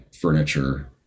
furniture